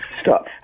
stop